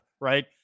right